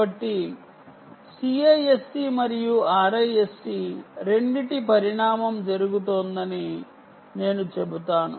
కాబట్టి CISC మరియు RISC రెండింటి పరిణామం జరుగుతోందని నేను చెబుతాను